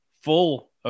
full